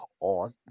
on